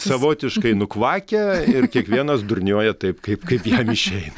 savotiškai nukvakę ir kiekvienas durniuoja taip kaip kaip jam išeina